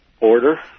order